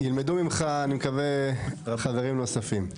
ילמדו ממך אני מקווה חברים נוספים.